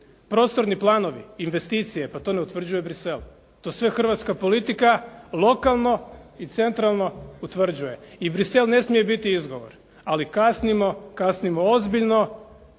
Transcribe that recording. prostorni planovi, investicije, pa to ne utvrđuje Bruxelles. To sve hrvatska politika lokalno i centralno utvrđuje. I Bruxelles ne smije biti izgovor, ali kasnimo, kasnimo ozbiljno.